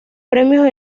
premios